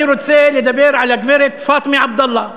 אני רוצה לדבר על הגברת פאטמה עבדאללה.